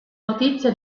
notizia